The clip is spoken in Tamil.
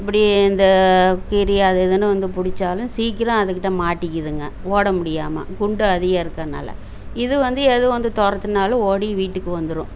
இப்படி இந்த கீரி அது இதுனு வந்து பிடிச்சாலும் சீக்கரம் அதுக்கிட்ட மாட்டிக்கிதுங்க ஓட முடியாமல் குண்டு அதிகம் இருக்கறனால இது வந்து எது வந்து துரத்துனாலும் ஓடி வீட்டுக்கு வந்துடும்